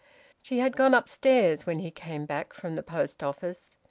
she had gone upstairs when he came back from the post office.